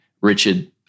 Richard